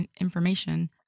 information